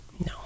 No